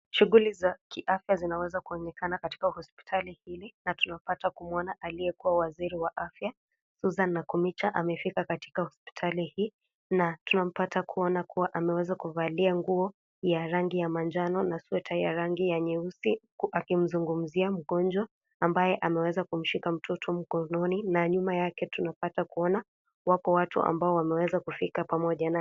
Shughuli za kiafya zinaweza kuonekana katika hospitali hili, na tunapata kumuona aliyekua waziri wa afya Susan Nakumincha amefika katika hospitali hii na tunampata kuwa ameweza kuvalia nguo ya rangi ya manjano na sweta ya rangi ya nyeusi huku akimzungumzia mgonjwa ambaye ameweza kumshika mtoto mkononi, na nyuma yake tunapata kuona wako watu ambao wameweza kufika pamoja naye.